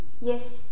Yes